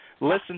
Listen